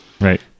Right